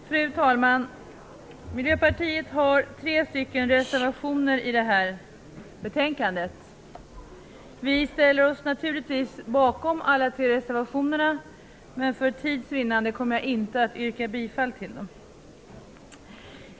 Fru talman! Miljöpartiet har tre reservationer till det här betänkandet. Vi ställer oss naturligtvis bakom alla tre reservationerna, men för tids vinnande kommer jag inte att yrka bifall till dem.